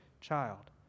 child